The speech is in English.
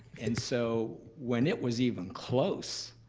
and so when it was even close,